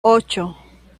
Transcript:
ocho